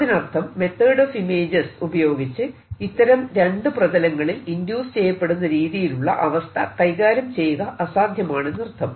അതിനർത്ഥം method of images ഉപയോഗിച്ച് ഇത്തരം രണ്ടു പ്രതലങ്ങളിൽ ഇൻഡ്യൂസ് ചെയ്യപ്പെടുന്ന രീതിയിലുള്ള അവസ്ഥ കൈകാര്യം ചെയ്യുക അസാധ്യമാണെന്നർത്ഥം